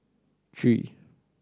three